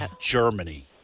Germany